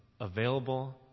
available